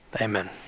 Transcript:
Amen